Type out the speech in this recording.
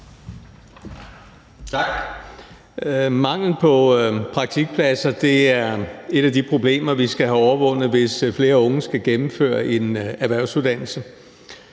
Tak. Mangel på praktikpladser er et af de problemer, vi skal have overvundet, hvis flere unge skal gennemføre en erhvervsuddannelse.